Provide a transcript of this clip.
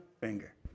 finger